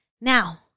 Now